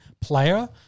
player